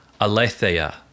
aletheia